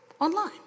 online